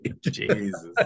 Jesus